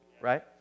right